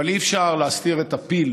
אבל אי-אפשר להסתיר את הפיל